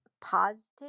positive